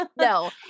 No